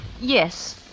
Yes